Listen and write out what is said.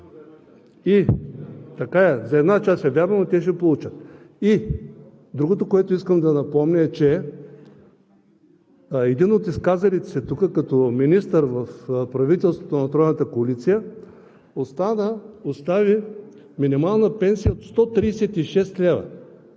за една част е – вярно, но те ще получат. Другото, което искам да напомня, е, че един от изказалите се тук като министър в правителството на Тройната коалиция остави минимална пенсия от 136 лв.